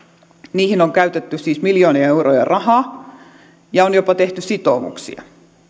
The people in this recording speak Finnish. niihin on käytetty siis miljoonia euroja rahaa ja on jopa tehty sitoumuksia